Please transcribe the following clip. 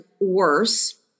worse